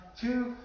two